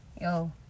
yo